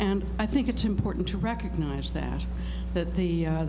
and i think it's important to recognize that that the